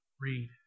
read